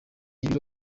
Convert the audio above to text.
ibiro